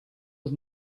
was